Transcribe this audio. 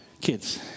Kids